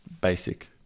basic